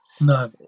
no